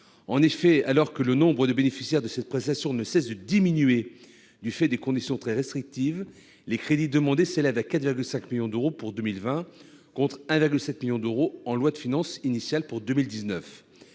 En effet, alors que le nombre de bénéficiaires de cette prestation ne cesse de diminuer du fait de conditions très restrictives, les crédits demandés s'élèvent à 4,5 millions d'euros pour 2020, contre 1,7 million d'euros en loi de finances initiale pour 2019.